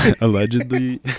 Allegedly